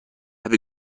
have